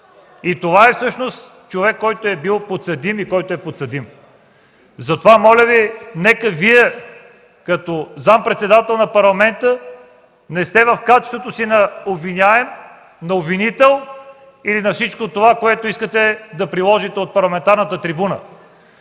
И това е всъщност човек, който е бил подсъдим и който е подсъдим. Затова, моля Ви, нека Вие като заместник-председател на Парламента не сте в качеството си на обвиняем, на обвинител или на всичко това, което искате да приложите от парламентарната трибуна.